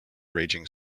raging